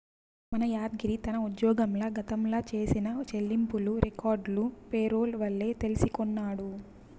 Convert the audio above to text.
మన యాద్గిరి తన ఉజ్జోగంల గతంల చేసిన చెల్లింపులు రికార్డులు పేరోల్ వల్లే తెల్సికొన్నాడు